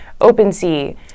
OpenSea